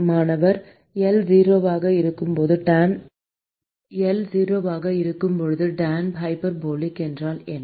மாணவர் எல் 0 ஆக இருக்கும்போது டான் ஹைபர்போலிக் என்றால் என்ன